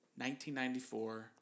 1994